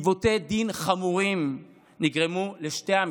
עיוותי דין חמורים נגרמו לשתי המשפחות,